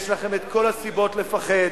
יש לכם כל הסיבות לפחד,